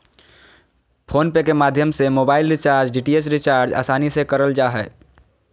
phone पे के माध्यम से मोबाइल रिचार्ज, डी.टी.एच रिचार्ज आसानी से करल जा हय